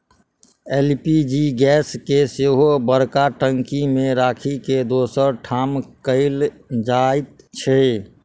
LPG gas के सेहो बड़का टंकी मे राखि के दोसर ठाम कयल जाइत छै